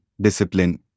discipline